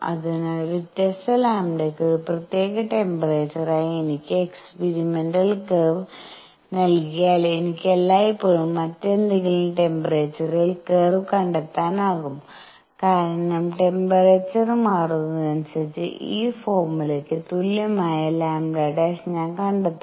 അതിനാൽ വ്യത്യസ്ത λ യ്ക്ക് ഒരു പ്രത്യേക ട്ടെമ്പേറെചറായി എനിക്ക് എക്സ്പീരിമെന്റൽ കർവ് നൽകിയാൽ എനിക്ക് എല്ലായ്പ്പോഴും മറ്റേതെങ്കിലും ട്ടെമ്പേറെചറിൽ കർവ് കണ്ടെത്താനാകും കാരണം ട്ടെമ്പേറെചർ മാറുന്നതിനനുസരിച്ച് ഈ ഫോർമുലക്ക് തുല്യമായ λ ഞാൻ കണ്ടെത്തും